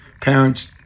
parents